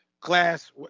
class